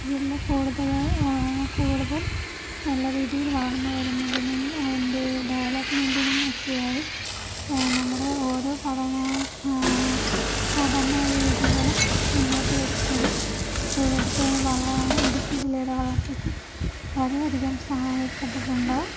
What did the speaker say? ജില്ല കൂടുതൽ കൂടുതൽ നല്ല രീതിയിൽ വളർന്നു വരുന്നതിനും അതിൻ്റെ ഡെവലപ്മെൻറ്റിനും ഒക്കെ ആയി നമ്മുടെ ഓരോ പഠന പഠനരീതികളും മുന്നോട്ടു വെക്കുന്നത് ഇവിടുത്തെ വള ഇടുക്കി ജില്ലയുടെ വളർച്ചയ്ക്ക് വളരെ അധികം സഹായപ്പെട്ടിട്ടുണ്ട്